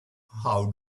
how